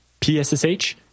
PSSH